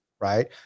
Right